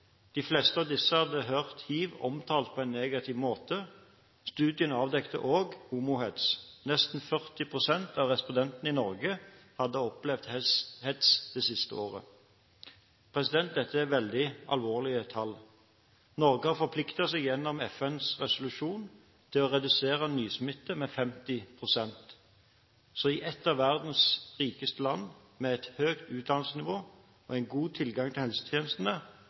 de var hivpositive. De fleste av disse hadde hørt hiv omtalt på en negativ måte. Studiene avdekket også homohets. Nesten 40 pst. av respondentene i Norge hadde opplevd hets det siste året. Dette er veldig alvorlige tall. Norge har forpliktet seg gjennom FNs resolusjon til å redusere nysmitte med 50 pst. Så i et av verdens rikeste land, med et høyt utdannelsesnivå og en god tilgang til